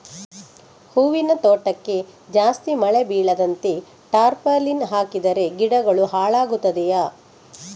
ಹೂವಿನ ತೋಟಕ್ಕೆ ಜಾಸ್ತಿ ಮಳೆ ಬೀಳದಂತೆ ಟಾರ್ಪಾಲಿನ್ ಹಾಕಿದರೆ ಗಿಡಗಳು ಹಾಳಾಗುತ್ತದೆಯಾ?